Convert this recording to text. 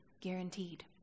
guaranteed